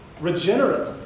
Regenerate